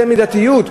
זו מידתיות?